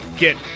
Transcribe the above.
Get